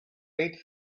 eight